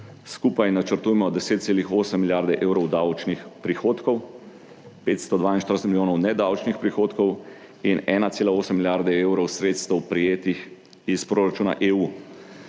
skupaj načrtujemo 10,8 milijard evrov davčnih prihodkov, 562 milijonov nedavčnih prihodkov in 1,8 milijarde evrov sredstev, prejetih iz proračuna EU.